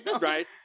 Right